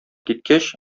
киткәч